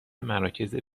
مراکز